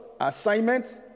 assignment